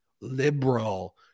liberal